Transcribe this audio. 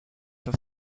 for